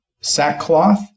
sackcloth